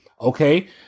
okay